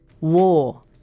War